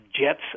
jets